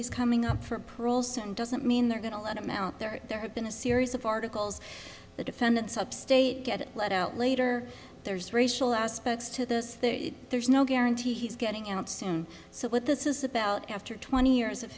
he's coming up for parole soon doesn't mean they're going to let him out there there have been a series of articles the defendant's upstate get let out later there's racial aspects to this that there's no guarantee he's getting out soon so what this is about after twenty years of